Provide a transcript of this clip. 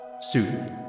Soothe